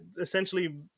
essentially